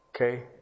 Okay